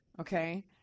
Okay